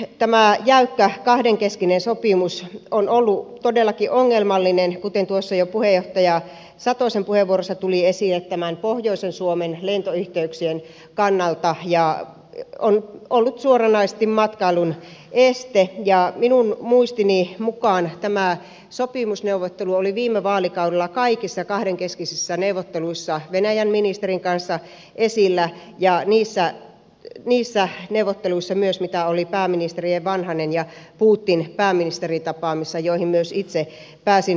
tämä jäykkä kahdenkeskinen sopimus on ollut todellakin ongelmallinen kuten jo puheenjohtaja satosen puheenvuorossa tuli esille pohjoisen suomen lentoyhteyksien kannalta ja on ollut suoranaisesti matkailun este ja minun muistini mukaan tämä sopimusneuvottelu oli viime vaalikaudella esillä kaikissa kahdenkeskisissä neuvotteluissa venäjän ministerin kanssa ja niissä neuvotteluissa myös joita oli pääministerien vanhanen ja putin pääministeritapaamisissa joihin myös itse pääsin osallistumaan